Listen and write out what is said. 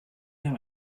him